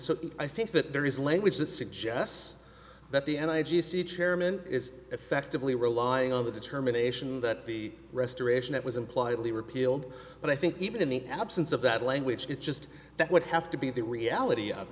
happen i think that there is language that suggests that the n i g c chairman is effectively relying on the determination that the restoration it was impliedly repealed but i think even in the absence of that language it just that would have to be the reality of